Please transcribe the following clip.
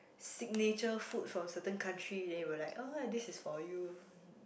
signature food from certain country then you were like ah this is for you